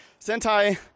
Sentai